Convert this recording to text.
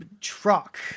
truck